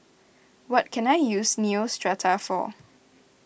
what can I use Neostrata for